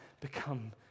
become